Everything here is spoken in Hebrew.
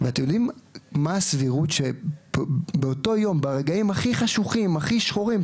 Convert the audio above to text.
ואתם יודעים מה הסבירות שבאותו יום ברגעים הכי חשוכים והכי שחורים,